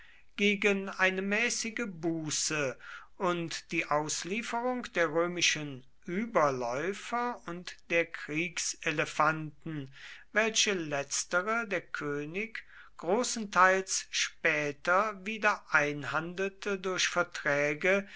gegen eine mäßige buße und die auslieferung der römischen oberläufer und der kriegselefanten welche letztere der könig großenteils später wiedereinhandelte durch verträge